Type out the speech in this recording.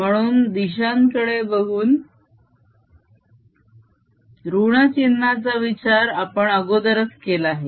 म्हणून दिशांकडे बघून ऋण चिन्हाचा विचार आपण अगोदरच केला आहे